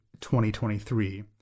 2023